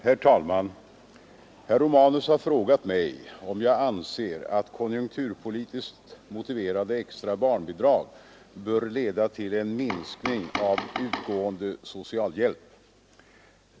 Herr talman! Herr Romanus har frågat mig om jag anser att konjunkturpolitiskt motiverade extra barnbidrag bör leda till en minskning av utgående socialhjälp.